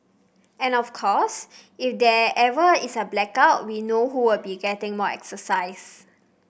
and of course if there ever is a blackout we know who will be getting more exercise